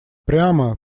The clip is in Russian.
прямо